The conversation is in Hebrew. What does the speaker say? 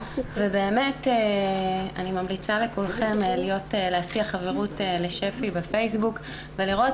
אני ממליצה לכולכם להציע חברות לשפ"י בפייסבוק ולראות.